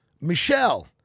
Michelle